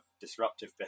disruptive